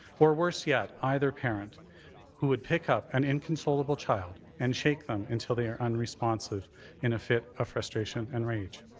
or worse yet, either parent who would pick up an inconsolable child and shake them until they are unresponsive in a fit of frustration and rage.